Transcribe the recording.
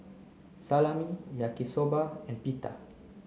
Salami Yaki Soba and Pita